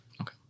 Okay